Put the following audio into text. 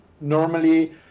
normally